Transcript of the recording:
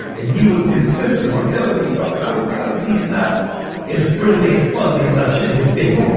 and he was insistent on telling me something. and i was gonna be be and not as friendly and fuzzy as i should have been.